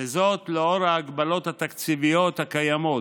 לנוכח ההגבלות התקציביות הקיימות.